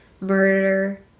Murder